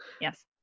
Yes